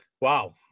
Wow